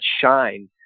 shine